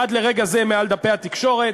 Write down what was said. עד לרגע זה מעל דפי התקשורת,